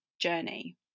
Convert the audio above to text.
journey